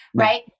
Right